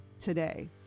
today